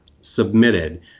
submitted